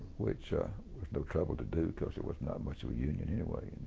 which was no trouble to do because there was not much of a union anyway.